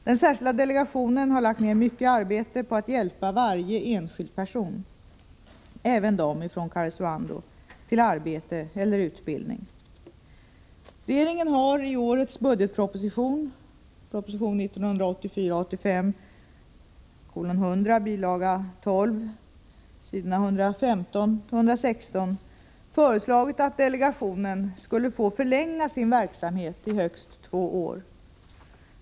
Den särskilda delegationen har lagt ned mycket arbete på att hjälpa varje enskild person — även de från Karesuando — till arbete eller utbildning. Regeringen har i årets budgetproposition föreslagit att delegationen skulle få förlänga sin verksamhet i högst två år.